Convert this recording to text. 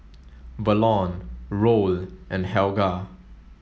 Verlon Roll and Helga